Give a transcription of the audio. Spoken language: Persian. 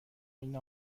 این